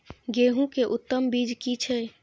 गेहूं के उत्तम बीज की छै?